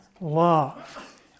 love